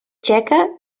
txeca